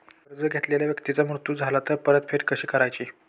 कर्ज घेतलेल्या व्यक्तीचा मृत्यू झाला तर परतफेड कशी करायची?